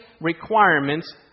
requirements